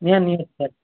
ନିହାତି ନିହାତି ସାର୍